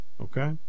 Okay